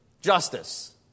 justice